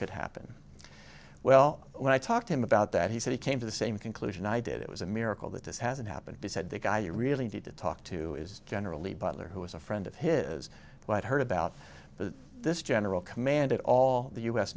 could happen well when i talked to him about that he said he came to the same conclusion i did it was a miracle that this hasn't happened b said the guy you really need to talk to is generally butler who was a friend of his but heard about this general commanded all the u